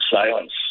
silence